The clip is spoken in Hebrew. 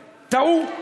טעו,